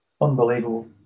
unbelievable